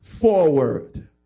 forward